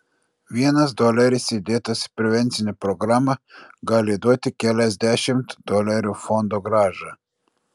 vienas doleris įdėtas į prevencinę programą gali duoti keliasdešimt dolerių fondogrąžą